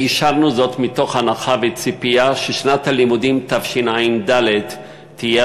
ואישרנו זאת מתוך הנחה וציפייה ששנת הלימודים תשע"ד תהיה